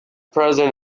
present